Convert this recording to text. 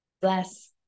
Bless